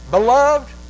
Beloved